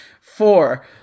Four